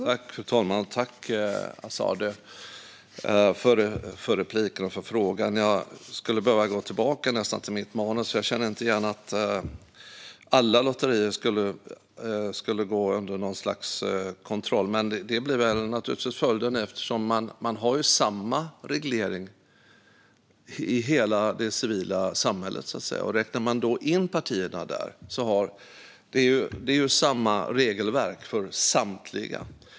Fru talman! Jag tackar Azadeh Rojhan för frågan. Jag skulle behöva gå tillbaka till mitt manus eftersom jag inte känner igen att alla lotterier skulle gå under något slags kontroll. Men det blir väl följden eftersom det är samma reglering i hela det civila samhället. Räknar man in partierna där blir det samma regelverk för samtliga.